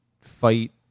fight